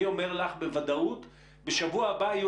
אני אומר לך בוודאות שבשבוע הבא יהיו